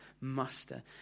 master